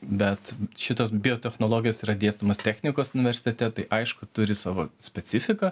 bet šitos biotechnologijas yra dėstomao technikos universitete tai aišku turi savo specifiką